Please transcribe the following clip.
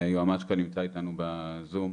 והיועמ"ש נמצא איתנו בזום,